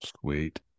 Sweet